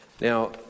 Now